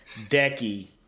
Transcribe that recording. decky